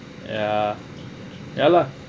ya ya lah